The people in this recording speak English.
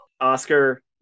Oscar